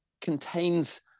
contains